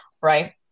right